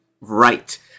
Right